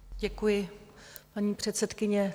Děkuji, paní předsedkyně.